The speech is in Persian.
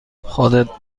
خودت